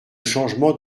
changement